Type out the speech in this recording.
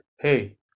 Hey